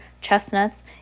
chestnuts